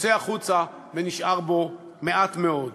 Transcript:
יוצא החוצה ונשאר בו מעט מאוד.